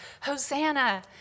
Hosanna